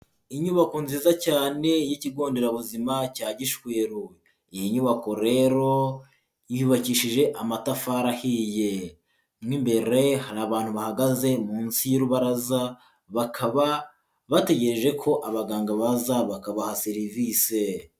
Inyubako nziza cyane y'ikigo nderabuzima cya Gishweru, iyi nyubako rero yubakishije amatafari ahiye, mo imbere hari abantu bahagaze munsi y'urubaraza, bakaba bategereje ko abaganga baza bakabaha serivisise.